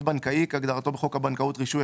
בנקאי כהגדרתו בחוק הבנקאות (רישוי),